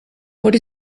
what